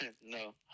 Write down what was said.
No